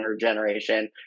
generation